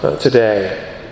today